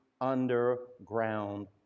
Underground